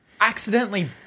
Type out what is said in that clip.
accidentally